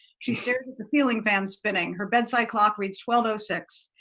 she stares at the ceiling fan spinning, her bedside clock read twelve six.